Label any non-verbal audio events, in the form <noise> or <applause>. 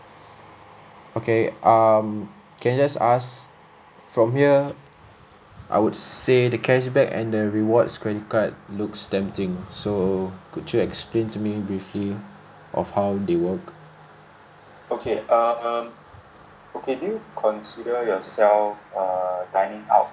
okay um can I just ask from here I would say the cashback and the rewards credit card looks tempting so could you explain to me briefly of how they work <noise>